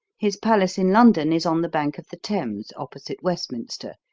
his palace in london is on the bank of the thames, opposite westminster.